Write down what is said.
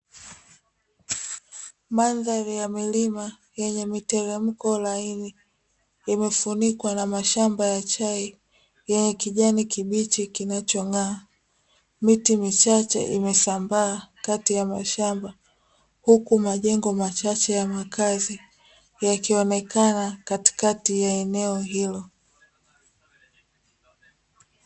Mandhari ya milima yenye miteremko laini, imefunikwa na mashamba ya chai yenye kijani kibichi kinachong'aa, miti michache imesambaa kati ya mashamba, huku majengo machache ya makazi yakionekana katikati ya eneo hilo.